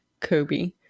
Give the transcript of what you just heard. Kobe